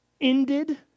ended